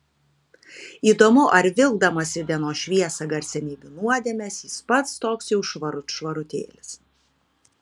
įdomu ar vilkdamas į dienos šviesą garsenybių nuodėmes jis pats toks jau švarut švarutėlis